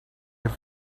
have